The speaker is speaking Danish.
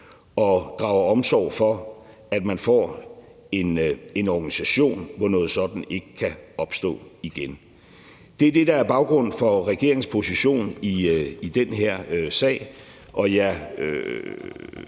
og drager omsorg for, at man får en organisation, hvor noget sådant ikke kan opstå igen. Det er det, der er baggrunden for regeringens position i den her sag,